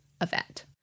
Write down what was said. event